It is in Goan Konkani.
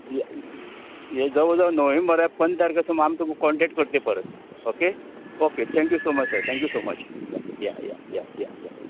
हें जवळ जवळ नोव्हेंबरा पंदरा तारकेर सुमार आमी तुमकां कॉन्टेक्ट करतली परत okay okay thank you so much sir thank you so much yeah yeah yeah yeah या